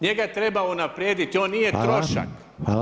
Njega treba unaprijediti, on nije trošak.